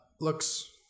looks